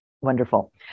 Wonderful